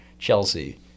Chelsea